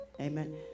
Amen